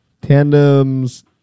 Tandems